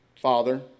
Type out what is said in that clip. father